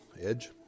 Edge